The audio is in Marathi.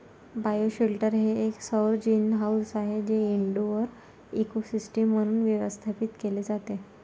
बायोशेल्टर हे एक सौर ग्रीनहाऊस आहे जे इनडोअर इकोसिस्टम म्हणून व्यवस्थापित केले जाते